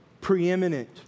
preeminent